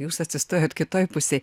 jūs atsistojot kitoj pusėj